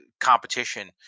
competition